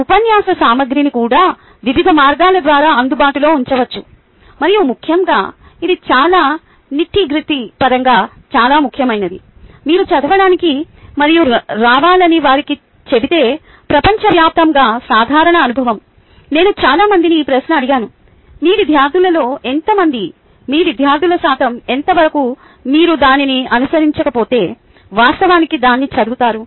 ఉపన్యాస సామగ్రిని కూడా వివిధ మార్గాల ద్వారా అందుబాటులో ఉంచవచ్చు మరియు ముఖ్యంగా ఇది చాలా నిట్టి గ్రీట్టి పరంగా చాలా ముఖ్యమైనది మీరు చదవడానికి మరియు రావాలని వారికి చెబితే ప్రపంచవ్యాప్తంగా సాధారణ అనుభవం నేను చాలా మందిని ఈ ప్రశ్న అడిగాను మీ విద్యార్థులలో ఎంతమంది మీ విద్యార్థుల శాతం ఎంతవరకు మీరు దానిని అనుసరించకపోతే వాస్తవానికి దాన్ని చదువుతారు